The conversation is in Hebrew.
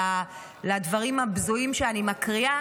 לדברים הבזויים שאני מקריאה.